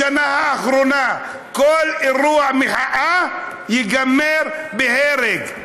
בשנה האחרונה כל אירוע מחאה נגמר בהרג.